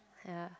ya